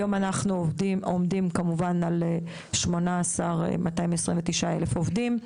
היום אנחנו עומדים על 18,299 עובדים.